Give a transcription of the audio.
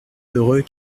heureux